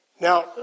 Now